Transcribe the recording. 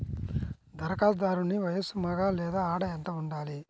ధరఖాస్తుదారుని వయస్సు మగ లేదా ఆడ ఎంత ఉండాలి?